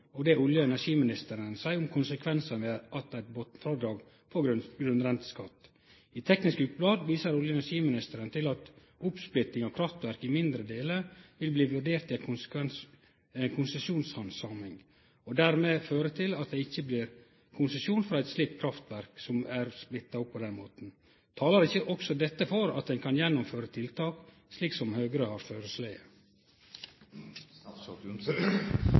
og olje- og energiministeren seier om konsekvensane ved at eit botnfrådrag får grunnrenteskatt. I Teknisk Ukeblad viser olje- og energiministeren til at oppsplitting av kraftverk i mindre delar vil bli vurdert i ei konsesjonshandsaming og dermed føre til at det ikkje blir konsesjon for eit kraftverk som er splitta opp på den måten. Talar ikkje også dette for at ein kan gjennomføre tiltak slik som Høgre har